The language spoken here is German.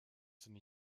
sinne